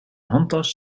handtas